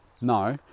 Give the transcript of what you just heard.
no